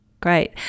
Great